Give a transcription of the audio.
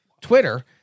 twitter